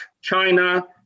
China